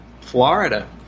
Florida